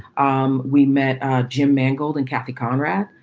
um we met jim mangold and kathy conrad,